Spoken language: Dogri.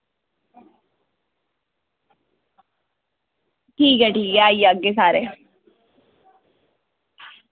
ठीक ऐ ठीक ऐ आई जाह्गे सारे